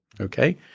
Okay